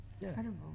incredible